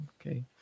Okay